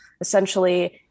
essentially